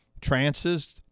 Trances